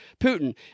Putin